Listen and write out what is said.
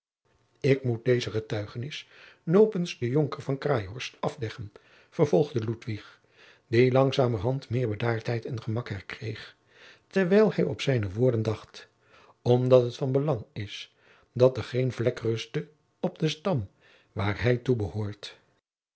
ik moet deze getuigenis nopens den jonker van craeihorst afleggen vervolgde ludwig die langzamerhand meer bedaardheid en gemak herkreeg terwijl hij op zijne woorden dacht omdat het van belang is dat er geen vlek ruste op den stam waar hij toebehoort